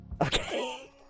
Okay